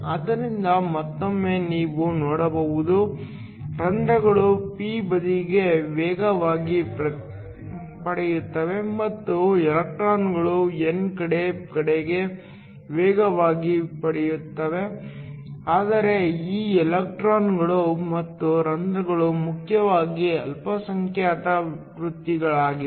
ಆದ್ದರಿಂದ ಮತ್ತೊಮ್ಮೆ ನೀವು ನೋಡಬಹುದು ರಂಧ್ರಗಳು p ಬದಿಗೆ ವೇಗವನ್ನು ಪಡೆಯುತ್ತವೆ ಮತ್ತು ಎಲೆಕ್ಟ್ರಾನ್ಗಳು n ಕಡೆ ಕಡೆಗೆ ವೇಗವನ್ನು ಪಡೆಯುತ್ತವೆ ಆದರೆ ಈ ಎಲೆಕ್ಟ್ರಾನ್ಗಳು ಮತ್ತು ರಂಧ್ರಗಳು ಮುಖ್ಯವಾಗಿ ಅಲ್ಪಸಂಖ್ಯಾತ ವೃತ್ತಿಗಳಾಗಿವೆ